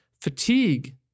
fatigue